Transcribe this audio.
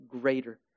greater